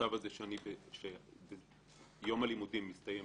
המצב הזה שיום הלימודים מסתיים